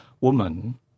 woman